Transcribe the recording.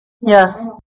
Yes